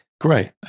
Great